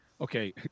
Okay